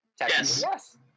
Yes